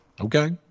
Okay